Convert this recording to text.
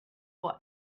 will